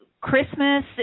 Christmas